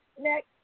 Next